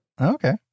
Okay